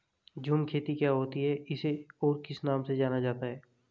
झूम खेती क्या होती है इसे और किस नाम से जाना जाता है?